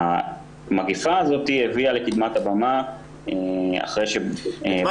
המגפה הזאת הביאה לקדמת הבמה --- את מה